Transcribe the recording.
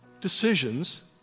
decisions